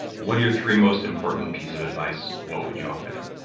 what are your three most important pieces of advice, what would you offer them?